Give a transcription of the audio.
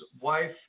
wife